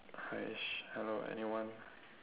!hais! hello anyone